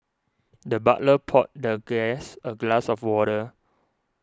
the butler poured the guest a glass of water